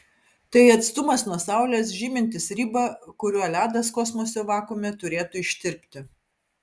tai atstumas nuo saulės žymintis ribą kuriuo ledas kosmoso vakuume turėtų ištirpti